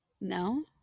no